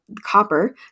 copper